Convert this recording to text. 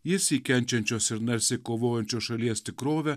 jis į kenčiančios ir narsiai kovojančios šalies tikrovę